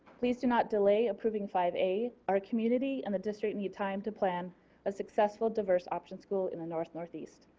please do not delay approving five a our community and the district need time to plan a successful diverse option school in the north northeast.